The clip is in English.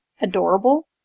adorable